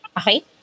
Okay